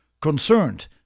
Concerned